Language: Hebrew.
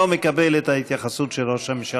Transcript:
לא מקבל את ההתייחסות של ראש הממשלה.